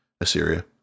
assyria